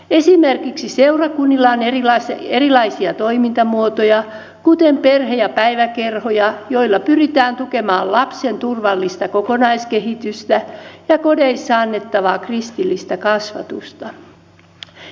esimerkiksi seurakunnilla on erilaisia toimintamuotoja kuten perhe ja päiväkerhoja joilla pyritään tukemaan lapsen turvallista kokonaiskehitystä ja kodeissa annettavaa kristillistä kasvatusta